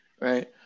right